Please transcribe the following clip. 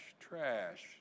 trash